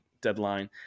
deadline